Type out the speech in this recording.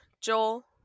Joel